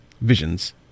visions